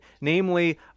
namely